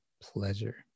pleasure